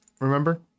Remember